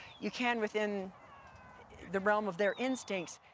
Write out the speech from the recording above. you can, within the realm of their instincts,